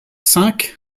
cinq